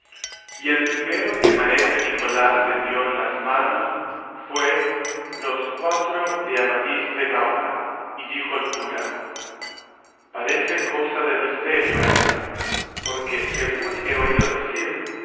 y el primero que maese nicolás le dio en las manos fue los cuatro de amadís de gaula y dijo el cura parece cosa de misterio ésta porque según he oído decir